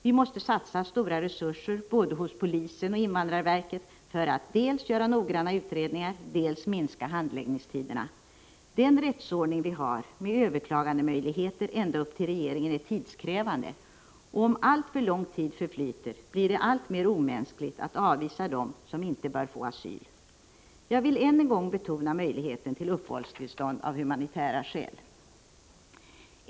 Vi måste satsa stora resurser både hos polisen och invandrarverket för att dels göra noggranna utredningar, dels minska handläggningstiderna. Den rättsordning vi har med överklagandemöjligheter ända upp till regeringen är tidskrävande, och om alltför lång tid förflyter blir det alltmer omänskligt att avvisa dem som inte bör få asyl. Jag vill än en gång betona möjligheten till uppehållstillstånd av humanitära skäl.